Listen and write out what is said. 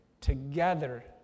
Together